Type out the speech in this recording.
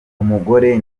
umugore